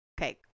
Okay